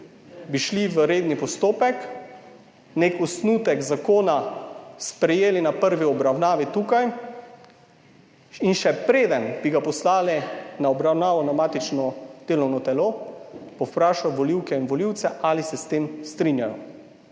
bi šli v redni postopek, nek osnutek zakona sprejeli na prvi obravnavi tukaj, in še preden bi ga poslali na obravnavo na matično delovno telo, povprašali volivke in volivce, ali se s tem strinjajo.